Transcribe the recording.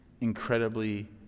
incredibly